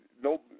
no